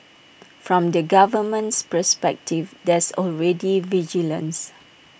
from the government's perspective there's already vigilance